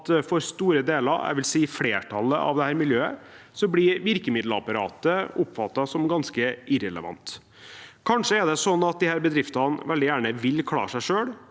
at for store deler – jeg vil si flertallet – av dette miljøet blir virkemiddelapparatet oppfattet som ganske irrelevant. Kanskje er det slik at disse bedriftene veldig gjerne vil klare seg selv